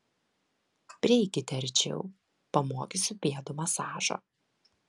prieikite arčiau pamokysiu pėdų masažo